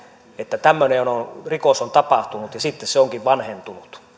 että tämmöinen rikos on tapahtunut ja sitten se onkin vanhentunut